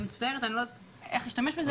אני מצטערת, אני לא יודעת איך לנסח את זה.